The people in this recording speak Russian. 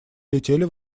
летели